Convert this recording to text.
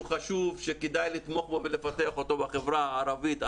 חשוב שכדאי לתמוך בו ולפתח אותו בחברה הערבית,